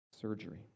surgery